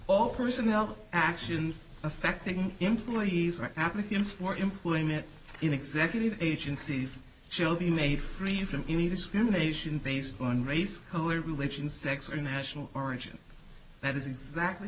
all personnel actions affecting employees or applicants for employment in executive agencies she'll be made free from any discrimination based on race color religion sex or national origin that is exactly